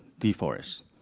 deforest